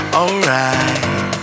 alright